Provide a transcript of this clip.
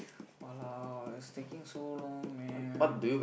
!walao! it's taking so long man